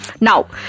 Now